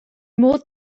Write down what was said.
modd